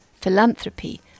philanthropy